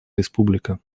республика